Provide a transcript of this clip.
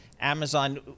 Amazon